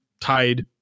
tied